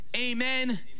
amen